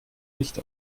nicht